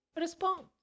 respond